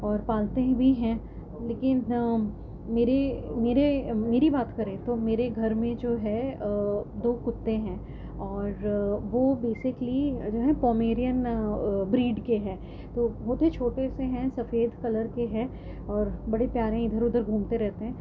اور پالتے بھی ہیں لیکن میری میرے میری بات کریں تو میرے گھر میں جو ہے دو کتے ہیں اور وہ بیسکلی جو ہے پامیرین بریڈ کے ہیں تو بہت ہی چھوٹے سے ہیں سفید کلر کے ہیں اور بڑے پیارے ادھر ادھر گھومتے رہتے ہیں